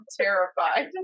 terrified